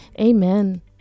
amen